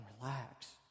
relax